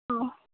ꯑꯣ